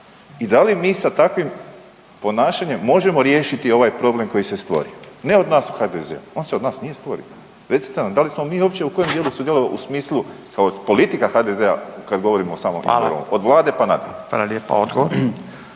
i da li mi sa takvim ponašanjem možemo riješiti ovaj problem koji se stvorio, ne od nas u HDZ-u, on se od nas nije stvorio. Recite nam da li smo mi uopće u kojem dijelu sudjelovali u smislu kao politika HDZ-a kad govorimo o …/Upadica: Hvala./… samom izboru